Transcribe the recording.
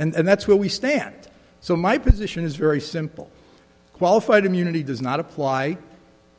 and that's where we stand so my position is very simple qualified immunity does not apply